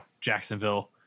Jacksonville